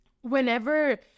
whenever